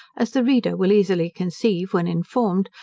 as the reader will easily conceive, when informed,